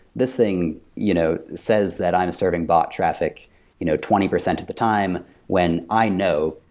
this thing you know says that i'm serving bot traffic you know twenty percent of the time when i know,